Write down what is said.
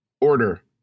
order